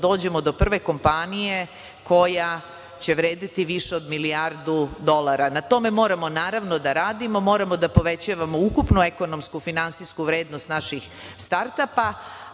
dođemo do prve kompanije koja će vredeti više od milijardu dolara. Na tome moramo, naravno, da radimo. Moramo da povećamo ukupnu ekonomsku finansijsku vrednost naših start apa,